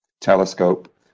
Telescope